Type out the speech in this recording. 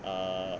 err